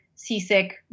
Seasick